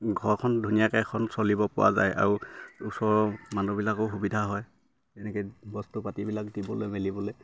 ঘৰখন ধুনীয়াকে এখন চলিব পৰা যায় আৰু ওচৰৰ মানুহবিলাকো সুবিধা হয় তেনেকে বস্তু পাতিবিলাক দিবলৈ মেলিবলে